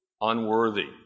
unworthy